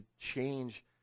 change